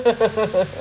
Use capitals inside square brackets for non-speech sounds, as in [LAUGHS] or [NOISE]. [LAUGHS]